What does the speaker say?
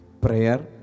Prayer